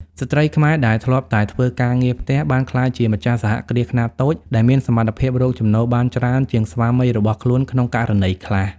ស្ត្រីខ្មែរដែលធ្លាប់តែធ្វើការងារផ្ទះ បានក្លាយជា "ម្ចាស់សហគ្រាសខ្នាតតូច" ដែលមានសមត្ថភាពរកចំណូលបានច្រើនជាងស្វាមីរបស់ខ្លួនក្នុងករណីខ្លះ។